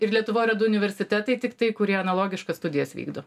ir lietuvoj yra du universitetai tiktai kurie analogiškas studijas vykdo